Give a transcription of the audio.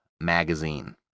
magazine